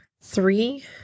three